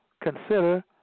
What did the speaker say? consider